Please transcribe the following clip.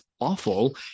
awful